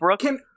Brooke